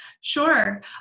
Sure